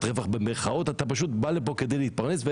רווח במירכאות ואתה בא לפה כדי להתפרנס.